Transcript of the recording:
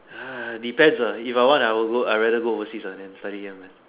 depends uh if I want I would go I rather go overseas uh then study here man